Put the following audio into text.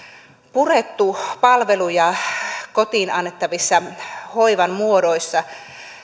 purettu palveluja kotiin annettavissa hoivan muodoissa